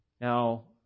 Now